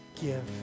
Give